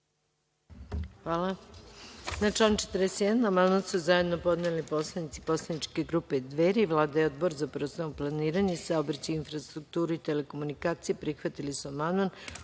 Hvala. Na član 41. amandman su zajedno podneli poslanici poslaničke grupe Dveri. Vlada i Odbor za prostorno planiranje, saobraćaj i infrastrukturu i telekomunikacije, prihvatili su